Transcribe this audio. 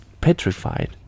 petrified